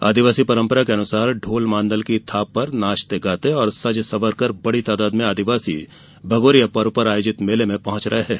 आदिवासी परंपरा के अनुसार ढोल मांदल की थाप पर नाचते गाते और सजसंवरकर आदिवासी भगौरिया पर्व पर आयोजित मेले में पहुंच रहे हैं